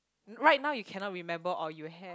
right now you cannot remember or you ha~